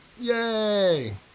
Yay